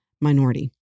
minority